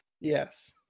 Yes